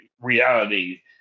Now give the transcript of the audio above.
reality